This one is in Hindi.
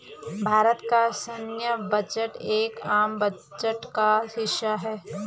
भारत का सैन्य बजट एक आम बजट का हिस्सा है